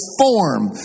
form